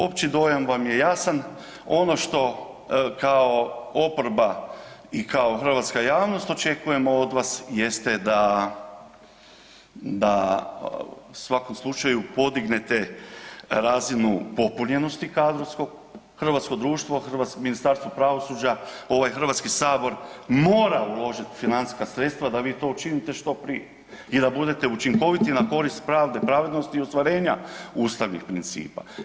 Opći dojam vam je jasan, ono što kao oporba i kao hrvatska javnost očekujemo od vas jeste da, da u svakom slučaju podignete razinu popunjenosti kadrovsko, hrvatsko društvo, Ministarstvo pravosuđa, ovaj HS, mora uložit financijska sredstava da vi to učiniti što prije i da budete učinkoviti na korist pravde i pravednosti i ostvarenja ustavnih principa.